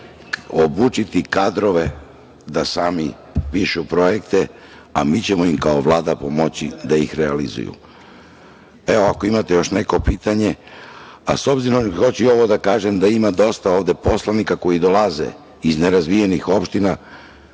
je obučiti kadrove da sami pišu projekte, a mi ćemo im kao Vlada pomoći da ih realizuju. Ako imate još neko pitanje. Hoću još da kažem da ima dosta ovde poslanika koji dolaze iz nerazvijenih opština,